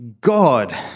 God